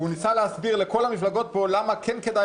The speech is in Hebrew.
הוא ניסה להסביר לכל המפלגות פה למה כן כדאי